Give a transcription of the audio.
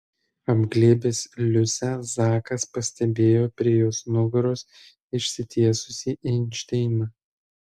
apglėbęs liusę zakas pastebėjo prie jos nugaros išsitiesusį einšteiną